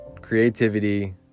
creativity